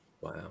Wow